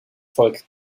volk